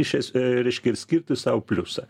iš es reiškia ir skirti sau pliusą